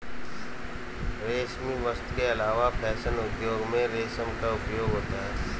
रेशमी वस्त्र के अलावा फैशन उद्योग में रेशम का उपयोग होता है